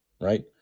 right